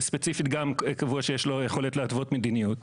ספציפית קבעו שיש לו יכולת להתוות מדיניות,